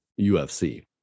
UFC